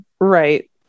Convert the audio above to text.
right